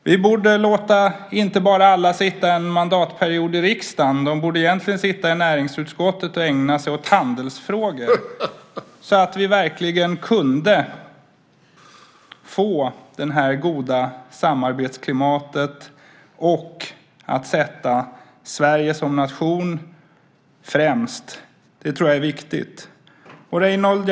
Vi borde inte bara låta alla sitta en mandatperiod i riksdagen, de borde egentligen sitta i näringsutskottet och ägna sig åt handelsfrågor så att vi verkligen kunde få det här goda samarbetsklimatet och sätta Sverige som nation främst. Det tror jag är viktigt. Reynoldh!